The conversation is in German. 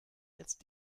jetzt